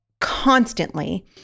constantly